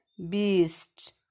Beast